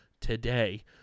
today